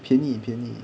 便宜便宜